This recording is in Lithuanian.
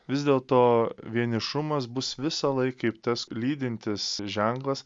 vis dėlto vienišumas bus visąlaik kaip tas lydintis ženklas